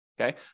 Okay